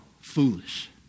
foolish